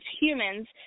humans